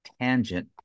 tangent